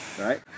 right